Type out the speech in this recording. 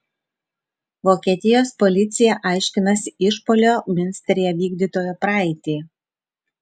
vokietijos policija aiškinasi išpuolio miunsteryje vykdytojo praeitį